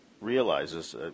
realizes